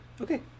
Okay